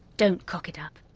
don't cock it up.